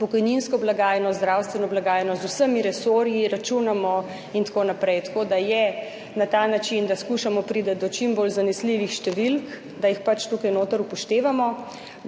pokojninsko blagajno, zdravstveno blagajno, z vsemi resorji računamo in tako naprej, tako da je na ta način, da skušamo priti do čim bolj zanesljivih številk, da jih pač tukaj noter upoštevamo,